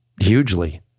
hugely